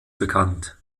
bekannt